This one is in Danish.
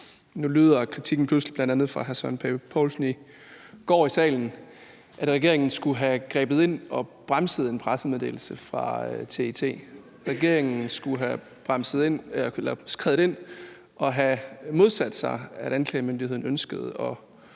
Nu lyder kritikken pludselig fra bl.a. hr. Søren Pape Poulsen, der i går i salen sagde, at regeringen skulle have grebet ind og bremset en pressemeddelelse fra TET; regeringen skulle have skredet ind og have modsat sig, at anklagemyndigheden ønskede at